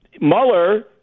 Mueller